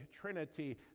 Trinity